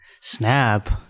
Snap